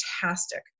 fantastic